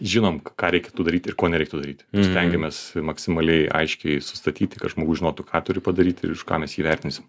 žinom ką reiktų daryti ir ko nereiktų daryti stengiamės maksimaliai aiškiai sustatyti kad žmogus žinotų ką turi padaryti ir už ką mes jį vertinsim